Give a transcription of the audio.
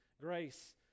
grace